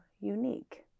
unique